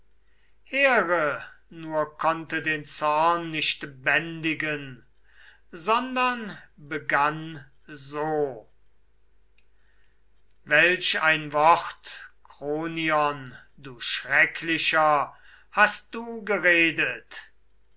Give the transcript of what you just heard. here nur konnte den zorn nicht bändigen sondern begann so welch ein wort kronion du schrecklicher hast du geredet